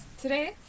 today